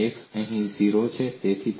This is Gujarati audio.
અને x અહીં 0 છે